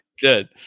good